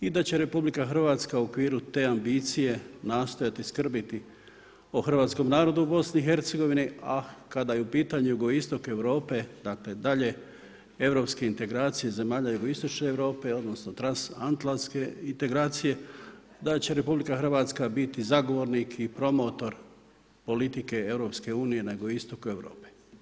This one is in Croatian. I da će RH u okviru te ambicije nastojati skrbiti o hrvatskom narodu u BIH, a kada je u pitanju jugoistok Europe, dakle, dalje, europske integracije zemalja jugoistočne Europe, odnosno, transatlantske integracije, da će RH biti zagovornik i promotor politike EU na jugoistoku Europe.